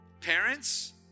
parents